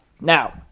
Now